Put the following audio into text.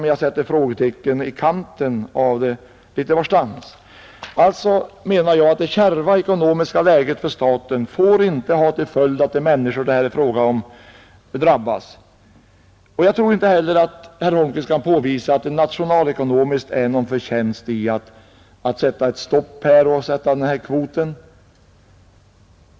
Men jag sätter frågetecken i kanten litet varstans för det som står där. Jag menar att det kärva ekonomiska läget för staten inte får ha till följd att de människor som det här gäller drabbas, Jag tror inte heller att herr Holmqvist kan påvisa att det nationalekonomiskt är någon förtjänst med att sätta stopp och införa en kvot i detta fall.